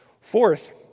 Fourth